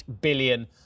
billion